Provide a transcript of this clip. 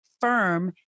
firm